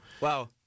Wow